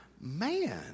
man